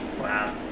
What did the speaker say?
Wow